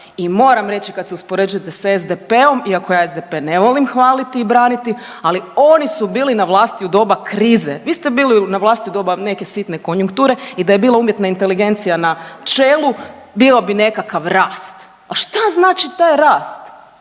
i moram reći kad se uspoređujete s SDP-om, iako ja SDP ne volim hvaliti i braniti, ali oni su bili na vlasti u doba krize. Vi ste bili na vlasti u doba neke sitne konjunkture i da je bila umjetna inteligencija na čelu bio bi nekakav rast. A šta znači taj rast?